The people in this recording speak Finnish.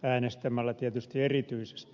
äänestämällä tietysti erityisesti